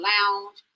Lounge